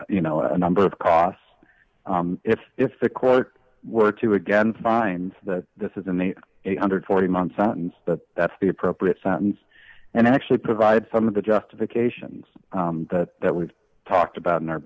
you know a number of costs if if the court were to again find that this is in the eight hundred and forty month sentence that that's the appropriate sentence and actually provide some of the justifications that we've talked about in our